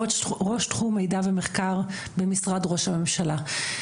ראש תחום מידע ומחקר במשרד ראש הממשלה.